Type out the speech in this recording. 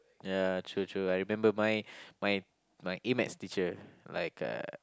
ya true true I remember my my my A Math teacher like uh